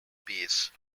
bass